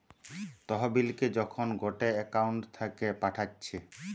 তহবিলকে যখন গটে একউন্ট থাকে পাঠাচ্ছে